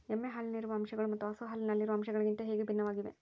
ಎಮ್ಮೆ ಹಾಲಿನಲ್ಲಿರುವ ಅಂಶಗಳು ಮತ್ತು ಹಸು ಹಾಲಿನಲ್ಲಿರುವ ಅಂಶಗಳಿಗಿಂತ ಹೇಗೆ ಭಿನ್ನವಾಗಿವೆ?